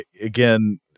again